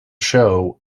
show